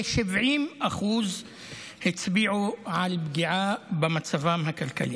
כ-70% הצביעו על פגיעה במצבם הכלכלי.